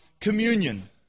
communion